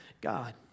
God